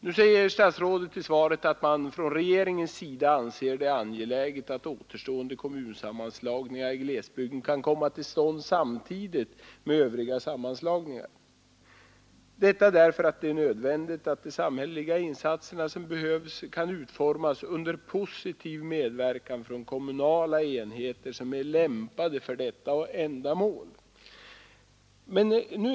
Nu säger statsrådet i svaret att regeringen anser det angeläget att återstående kommunsammanslagningar i glesbygden kan komma till stånd samtidigt med övriga sammanslagningar, detta därför att det är nödvändigt att de samhälleliga insatser som behövs kan utformas under positiv medverkan från kommunala enheter som är lämpade för detta ändamål.